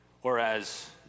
Whereas